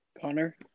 Connor